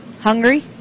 hungry